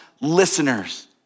listeners